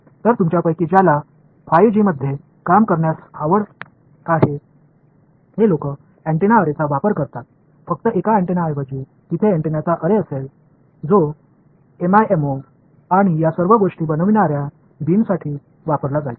तर तुमच्यापैकी ज्याला 5 जी मध्ये काम करण्यास आवडत आहे हे लोक अँटेना अॅरेचा वापर करतात फक्त एका अँटेनाऐवजी तिथे अँटेनाचा अॅरे असेल जो एमआयएमओ आणि या सर्व गोष्टी बनविणार्या बीमसाठी वापरला जाईल